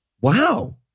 Wow